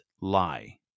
lie